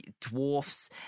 dwarfs